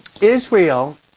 Israel